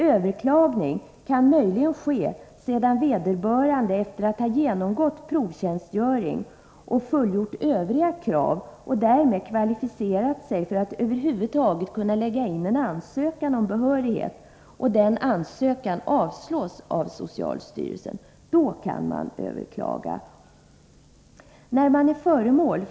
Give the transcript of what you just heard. Överklagande kan möjligen ske sedan vederbörande — efter att ha genomgått provtjänstgöring och uppfyllt övriga krav och därmed kvalificerat sig för att över huvud taget kunna lägga in en ansökan om behörighet — ansökt om behörighet och fått den ansökan avslagen av socialstyrelsen.